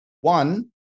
one